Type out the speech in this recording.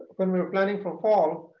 when we are planning for fall,